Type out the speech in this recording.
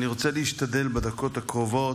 אני רוצה בדקות הקרובות,